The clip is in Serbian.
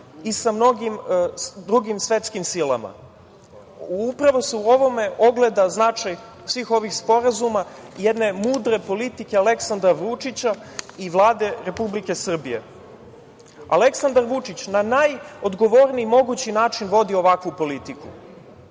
i sa mnogim drugim svetskim silama. Upravo se u ovome ogleda značaj svih ovih sporazuma jedne mudre politike Aleksandra Vučića i Vlade Republike Srbije. Aleksandar Vučić na najodgovorniji mogući način vodi ovakvu politiku.